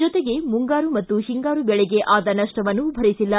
ಜೊತೆಗೆ ಮುಂಗಾರು ಹಾಗೂ ಹಿಂಗಾರಿ ದೆಳೆಗೆ ಆದ ನಷ್ಟವನ್ನು ಭರಿಸಿಲ್ಲ